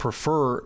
prefer